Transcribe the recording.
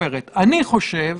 תוקף26(א) חוק זה,